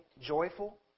joyful